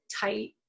tight